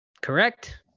Correct